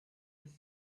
with